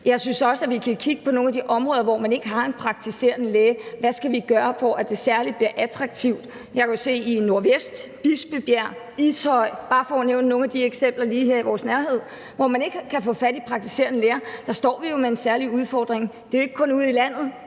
Jeg synes også, vi kan kigge på nogle af de områder, hvor man ikke har en praktiserende læge, og se på, hvad vi skal gøre for, at det bliver særlig attraktivt. Jeg kan se, at man i Nordvest, Bispebjerg og Ishøj, for bare at nævne nogle eksempler lige her i vores nærhed, ikke kan få fat i praktiserende læger, og der står vi jo med en særlig udfordring. Det er jo ikke kun ude i landet